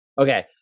Okay